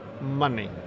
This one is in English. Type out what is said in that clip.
money